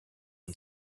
own